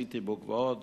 "סיטיבוק" ועוד,